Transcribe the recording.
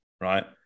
right